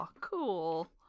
cool